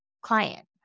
client